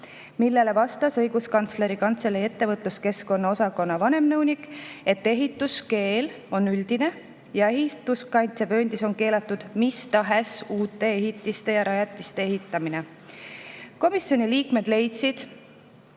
Sellele vastas Õiguskantsleri Kantselei ettevõtluskeskkonna osakonna vanemnõunik, et ehituskeeld on üldine ja ehituskaitsevööndis on keelatud mis tahes uute ehitiste ja rajatiste ehitamine. Komisjoni liikmed leidsid,